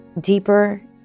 deeper